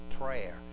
prayer